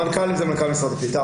המנכ"לים זה מנכ"ל משרד הקליטה,